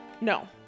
no